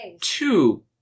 two